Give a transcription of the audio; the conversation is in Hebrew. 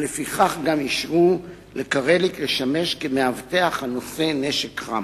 ולפיכך גם אישרו לקרליק לשמש כמאבטח הנושא נשק חם.